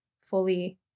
fully